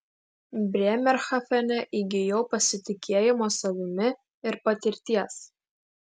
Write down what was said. brėmerhafene įgijau pasitikėjimo savimi ir patirties